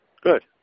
Good